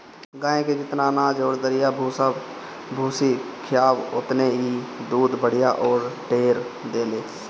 गाए के जेतना अनाज अउरी दरिया भूसा भूसी खियाव ओतने इ दूध बढ़िया अउरी ढेर देले